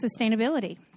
sustainability